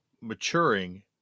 maturing